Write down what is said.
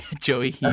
Joey